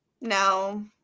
no